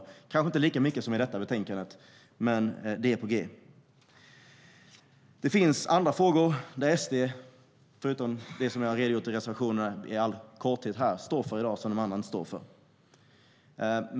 Kanske är det inte lika mycket som i detta betänkande, men det är på g. Utöver de frågor jag har redogjort för i all korthet finns det frågor som SD står för som de andra inte står för.